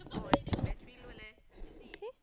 oh I think battery low leh